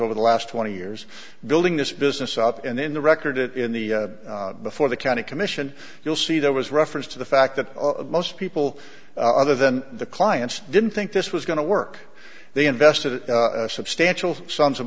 over the last twenty years building this business out and then the record it in the before the county commission you'll see there was reference to the fact that most people other than the clients didn't think this was going to work they invested substantial sums of